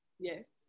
Yes